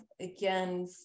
again